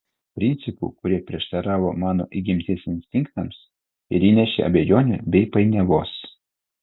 principų kurie prieštaravo mano įgimtiems instinktams ir įnešė abejonių bei painiavos